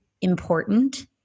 important